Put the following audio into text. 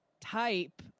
type